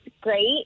great